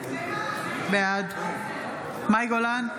בעד מאי גולן,